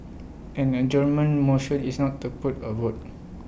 an adjournment motion is not to put A vote